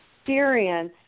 experience